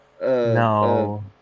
No